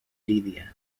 lídia